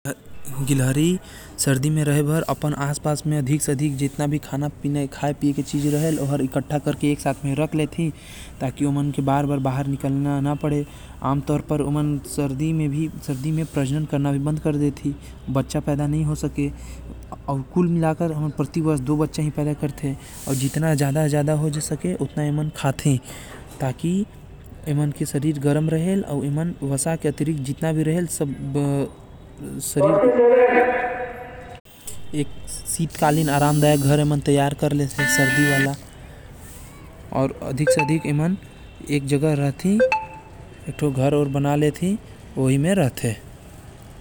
गिलहरी जाड़ा के समय अपन पूरे परिवार के साथ खाये पिए के सामान इक्कठा कर के रखथे अउ सभी लोग एक साथ एक घर में रथे जेकर वजह ले घर में गर्मी बने रहेल।